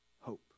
hope